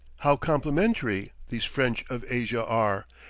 how complimentary, these french of asia are,